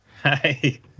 Hi